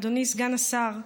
אדוני סגן השר,